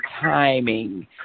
timing